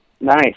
Nice